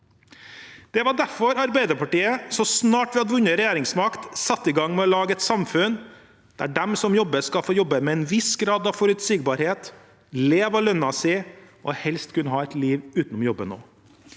Det var derfor Arbeiderpartiet, så snart vi hadde vunnet regjeringsmakt, satte i gang med å lage et samfunn der dem som jobber, skal få jobbe med en viss grad av forutsigbarhet, leve av lønnen sin og helst kunne ha et